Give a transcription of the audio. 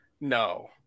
no